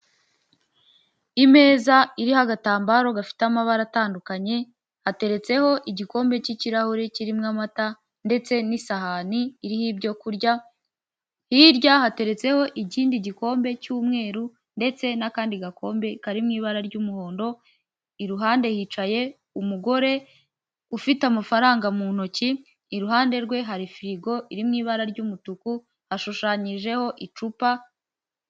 Imeza iriho agatambaro gafite amabara atandukanye, hateretseho igikombe cy'ikirahure kirimo amata, ndetse n'isahani iriho ibyo kurya, hirya hateretseho ikindi gikombe cy'umweru, ndetse n'akandi gakombe kari mu ibara ry'umuhondo, iruhande hicaye umugore ufite amafaranga mu ntoki, iruhande rwe hari firigo iri mu ibara ry'umutuku, hashushanyijeho icupa.